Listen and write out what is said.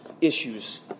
issues